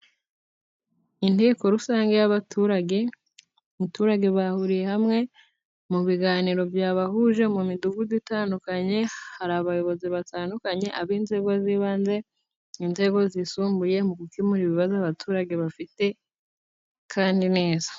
Inteko rusange y'abaturage bahuriye hamwe mu biganiro byabahuje, mu midugudu itandukanye, hari abayobozi batandukanye ab'inzego z'ibanze, inzego zisumbuye mu gukemura ibibazo abaturage bafite kandi neza.